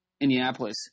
Indianapolis